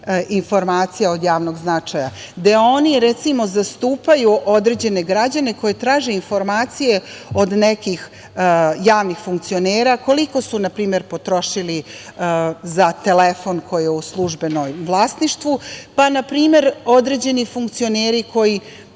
informacija od javnog značaja, gde oni, recimo, zastupaju određene građane, koji traže informacije od nekih javnih funkcionera – koliko su, na primer, potrošili za telefon koji je u službenom vlasništvu, pa na primer određeni funkcioneri koji